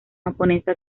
japonesa